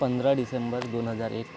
पंधरा डिसेंबर दोन हजार एक